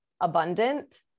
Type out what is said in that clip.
abundant